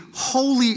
Holy